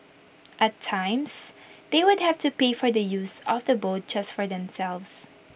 at times they would have to pay for the use of the boat just for themselves